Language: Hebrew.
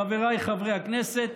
חבריי חברי הכנסת.